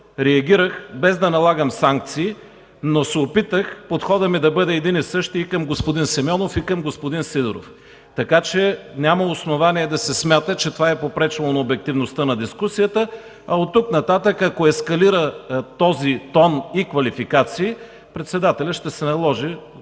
реагирах, без да налагам санкции, но се опитах подходът ми да бъде един и същи и към господин Симеонов, и към господин Сидеров. Така че няма основание да се смята, че това е попречило на обективността на дискусията, а оттук нататък, ако ескалира този тон и квалификации, председателят ще се наложи